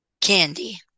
Candy